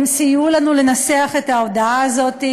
הם סייעו לנו לנסח את ההצעה הזאת.